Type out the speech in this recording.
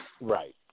Right